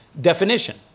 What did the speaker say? definition